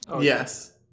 Yes